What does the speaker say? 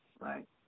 right